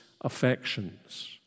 affections